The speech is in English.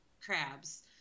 crabs